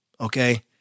Okay